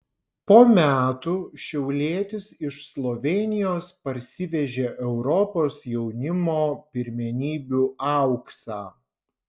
po metų šiaulietis iš slovėnijos parsivežė europos jaunimo pirmenybių auksą